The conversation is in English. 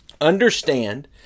understand